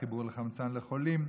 חיבור לחמצן לחולים.